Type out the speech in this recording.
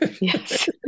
Yes